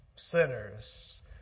sinners